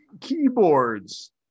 Keyboards